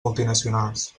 multinacionals